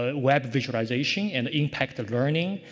web visualization and impact the learning,